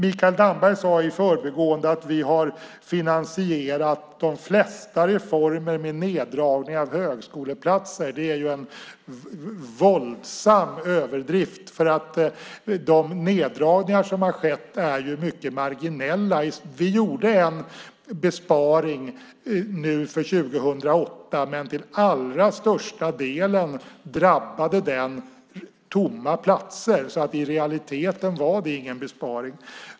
Mikael Damberg sade i förbigående att vi har finansierat de flesta reformer med neddragning av högskoleplatser. Det är en våldsam överdrift. De neddragningar som har skett är mycket marginella. Vi gjorde en besparing nu för 2008, men till allra största delen drabbade den tomma platser. I realiteten var det ingen besparing.